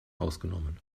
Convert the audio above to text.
ausgenommen